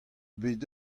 bet